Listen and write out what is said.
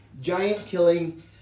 giant-killing